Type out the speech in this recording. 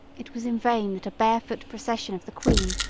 it was in vain that a barefoot procession of the queen,